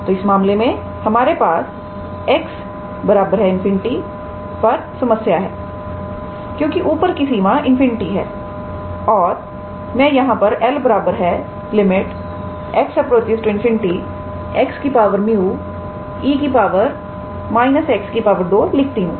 तो इस मामले में हमारे पास 𝑥 ∞ पर समस्या है क्योंकि ऊपर की सीमा ∞ है और मैं यहां पर 𝐿 x∞ 𝑥 𝜇𝑒 −𝑥 2 लिखती हूं